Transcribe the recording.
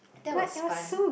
that was fun